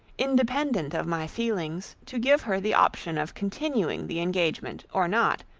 independent of my feelings, to give her the option of continuing the engagement or not,